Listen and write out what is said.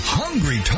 hungry